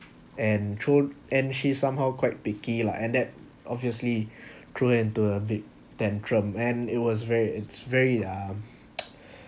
and throw and she somehow quite picky lah and that obviously throw into a big tantrum and it was very it's very uh